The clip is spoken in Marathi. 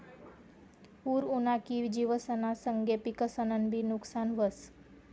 पूर उना की जिवसना संगे पिकंसनंबी नुकसान व्हस